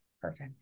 Perfect